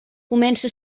comença